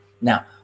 Now